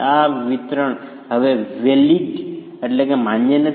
આ વિતરણ હવે વેલીડ માન્ય નથી